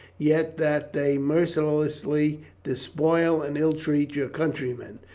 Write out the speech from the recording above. yet that they mercilessly despoil and ill treat your countrymen.